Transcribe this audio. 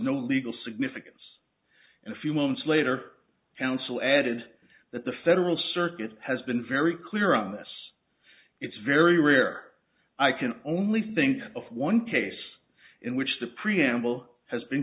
no legal significance and a few moments later counsel added that the federal circuit has been very clear on this it's very rare i can only think of one case in which the preamble has been